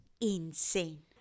insane